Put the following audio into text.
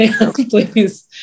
Please